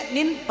Nin